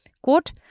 Quote